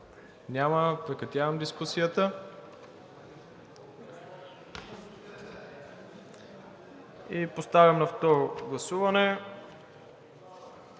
Няма. Прекратявам дискусията. Поставям на второ гласуване